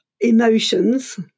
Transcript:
emotions